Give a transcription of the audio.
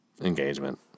engagement